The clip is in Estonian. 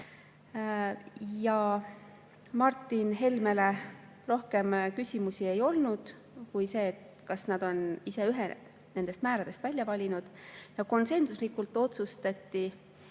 Martin Helmele rohkem küsimusi ei olnud kui see, kas nad on ise ühe nendest määradest välja valinud. Konsensuslikult otsustati